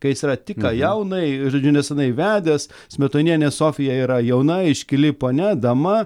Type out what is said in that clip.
kai jis yra tik ką jaunai ir neseniai vedęs smetonienė sofija yra jauna iškili ponia dama